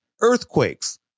earthquakes